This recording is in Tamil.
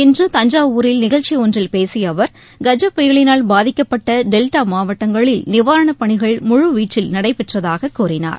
இன்று தஞ்சாவூரில் நிகழ்ச்சி ஒன்றில் பேசிய அவர் கஜ புயலினால் பாதிக்கப்பட்ட டெல்டா மாவட்டங்களில் நிவாரணப் பணிகள் முழு வீச்சில் நடைபெற்றதாக கூறினார்